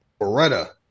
Beretta